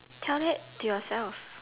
tell that to yourself